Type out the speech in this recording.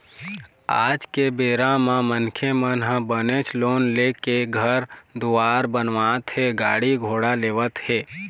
आज के बेरा म मनखे मन ह बनेच लोन ले लेके घर दुवार बनावत हे गाड़ी घोड़ा लेवत हें